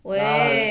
why